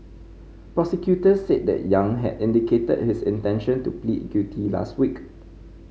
prosecutors said that Yang had indicated his intention to plead guilty last week